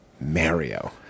mario